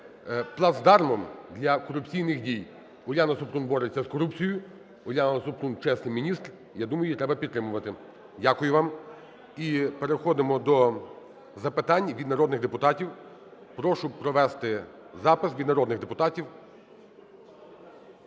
плацдармом для корупційних дій. Уляна Супрун бореться з корупцією. Уляна Супрун чесний міністр. Я думаю, її треба підтримувати. Дякую вам. І переходимо до запитань від народних депутатів. Прошу провести запис від народних депутатів.